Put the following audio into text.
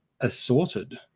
assorted